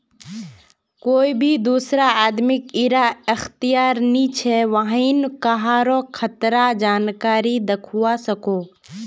कोए भी दुसरा आदमीक इरा अख्तियार नी छे व्हेन कहारों खातार जानकारी दाखवा सकोह